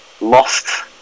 Lost